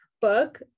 book